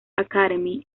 academy